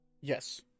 Yes